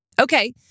okay